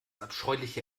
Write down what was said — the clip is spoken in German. abscheuliche